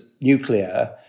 nuclear